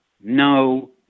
no